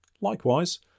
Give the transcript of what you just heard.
Likewise